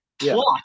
plot